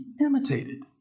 imitated